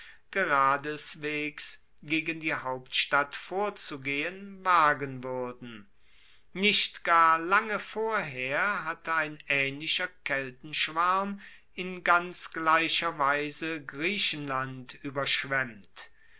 geradeswegs gegen die hauptstadt vorzugehen wagen wuerden nicht gar lange vorher hatte ein aehnlicher keltenschwarm in ganz gleicher weise griechenland ueberschwemmt